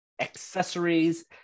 accessories